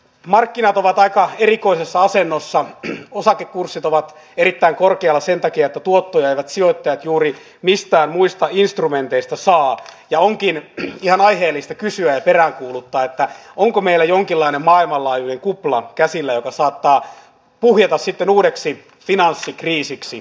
markkinat ovat aika erikoisessa asennossa osakekurssit ovat erittäin korkealla sen takia tuottoja sijoitti juuri mistään muista instrumenteista saa onkin ihan aiheellista kysyä peräänkuuluttaa että onko meillä jonkinlainen maailmanlaajuinen kupla käsillä joka saattaa puhjeta sitten uudeksi finanssikriisiksi